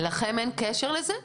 לכם אין קשר לזה?